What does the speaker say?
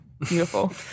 Beautiful